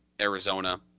Arizona